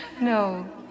No